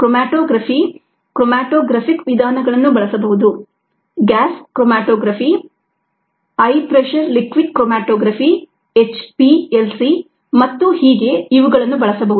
chromatography chromatographic ವಿಧಾನಗಳನ್ನು ಬಳಸಬಹುದು gas chromatography high pressure liquid chromatography HPLC ಮತ್ತು ಹೀಗೆ ಇವುಗಳನ್ನು ಬಳಸಬಹುದು